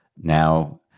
now